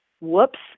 Whoops